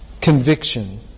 conviction